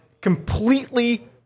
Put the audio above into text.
completely